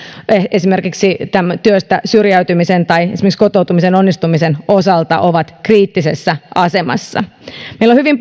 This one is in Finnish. esimerkiksi työstä syrjäytymisen vuoksi tai esimerkiksi kotoutumisen onnistumisen osalta ovat kriittisessä asemassa meillä on hyvin